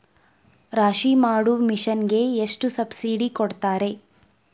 ರಾಶಿ ಮಾಡು ಮಿಷನ್ ಗೆ ಎಷ್ಟು ಸಬ್ಸಿಡಿ ಕೊಡ್ತಾರೆ?